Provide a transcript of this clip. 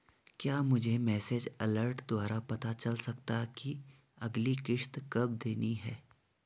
क्या मुझे message alert द्वारा पता चल सकता कि अगली किश्त कब देनी है?